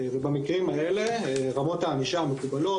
ובמקרים האלה רמות הענישה המקובלות,